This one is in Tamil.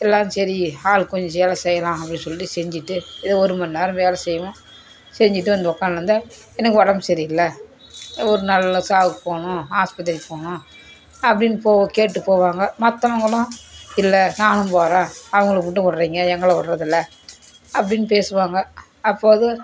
எல்லாம் சரி ஆளுக்கு கொஞ்சம் வேலை செய்யலாம் அப்படின் சொல்லிட்டு செஞ்சுட்டு ஏதோ ஒரு மணி நேரம் வேலை செய்வோம் செஞ்சுட்டு வந்து உட்காந்துருந்தா எனக்கு உடம்பு சரியில்லை ஒரு நாள் நான் சாவுக்கு போகணும் ஆஸ்பத்திரிக்கு போகணும் அப்படின் போக கேட்டு போவாங்க மற்றவங்களும் இல்லை நானும் போகிறேன் அவர்களுக்கு மட்டும் விடுறீங்க எங்களை விடுறதில்ல அப்படின் பேசுவாங்க அப்போது